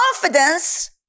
confidence